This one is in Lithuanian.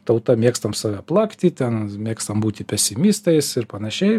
tauta mėgstam save plakti ten mėgstam būti pesimistais ir panašiai